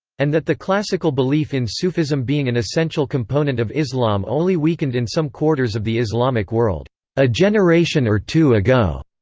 and that the classical belief in sufism being an essential component of islam only weakened in some quarters of the islamic world a generation or two ago,